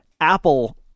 Apple